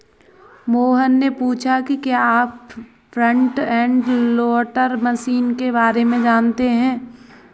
मोहन ने पूछा कि क्या आप फ्रंट एंड लोडर मशीन के बारे में जानते हैं?